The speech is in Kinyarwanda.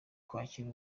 kwakira